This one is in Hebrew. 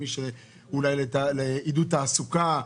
אולי לעידוד תעסוקה.